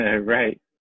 right